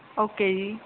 okay ਜੀ